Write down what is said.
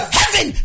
heaven